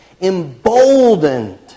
Emboldened